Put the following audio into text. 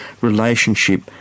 relationship